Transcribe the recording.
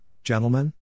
Gentlemen